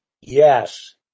yes